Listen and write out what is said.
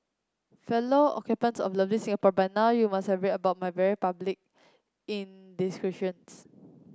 fellow occupants of lovely Singapore by now you must have read about my very public indiscretions